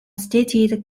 stated